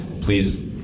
please